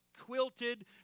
quilted